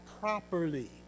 properly